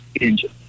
engine